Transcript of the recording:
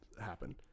happen